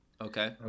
Okay